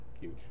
huge